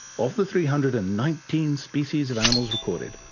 of the three hundred and nineteen species of animals recorded,